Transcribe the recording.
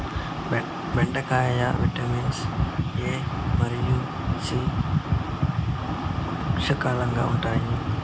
బెండకాయలో vitamin A మరియు C పుష్కలంగా ఉన్నాయి